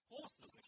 Horses